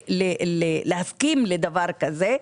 שאסור להסכים לדבר כזה,